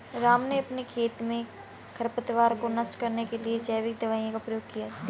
राम ने अपने खेत में खरपतवार को नष्ट करने के लिए जैविक दवाइयों का प्रयोग किया